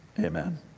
amen